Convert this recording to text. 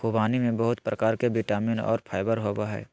ख़ुबानी में बहुत प्रकार के विटामिन और फाइबर होबय हइ